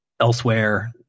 elsewhere